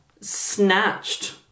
Snatched